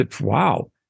Wow